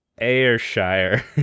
Ayrshire